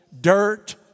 dirt